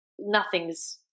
nothing's